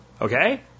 okay